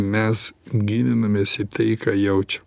mes gilinamės į tai ką jaučiam